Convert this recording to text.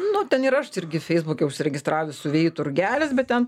nu ten ir aš irgi feisbuke užsiregistravus siuvėjų turgelis bet ten